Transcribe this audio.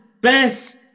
best